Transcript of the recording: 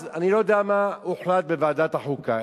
אז אני לא יודע מה הוחלט בוועדת החוקה.